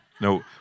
No